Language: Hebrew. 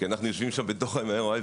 כי אנחנו יושבים שם בתוך ה-MRI,